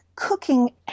cooking